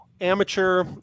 Amateur